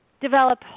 develop